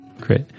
Great